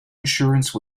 insurance